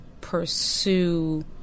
pursue